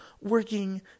working